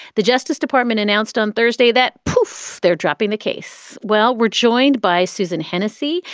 the justice department announced on thursday that poufs, they're dropping the case. well, we're joined by suzanne hennessy.